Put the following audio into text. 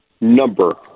number